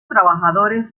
trabajadores